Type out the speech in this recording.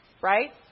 Right